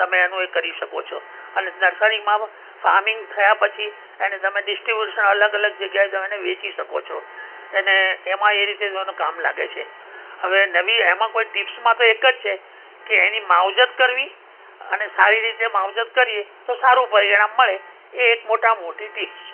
તમે એનું એ કરી શકો છો અને નર્સરીમાં ફાર્મિંગ થયા પછી એને તમે ડિસ્ટ્રિબ્યુસન અલગ અલગ જગ્યાએ તમે એને વેચી શકો છો એને એમાં એ રીતે તમને કામ લાગે છે હવે નવી એમાં કોઈ ટિપ્સમાં તો એક જ છે કે એની માવજત કરવી અને સારી રીતે માવજત કરીએ તો સારું પરિણામ મળે એ એક મોટામાં મોટી ટિપ્સ છે